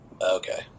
Okay